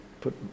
put